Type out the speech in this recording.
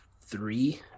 three